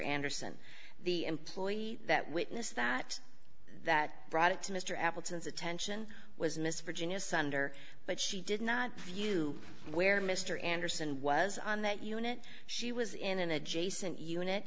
anderson the employee that witness that that brought it to mr appleton's attention was miss virginia sunder but she did not view where mr anderson was on that unit she was in an adjacent unit